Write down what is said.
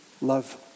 love